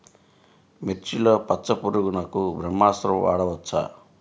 మిర్చిలో పచ్చ పురుగునకు బ్రహ్మాస్త్రం వాడవచ్చా?